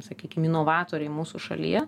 sakykim inovatoriai mūsų šalyje